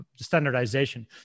standardization